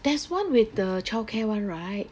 there's one with the childcare [one] right